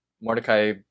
Mordecai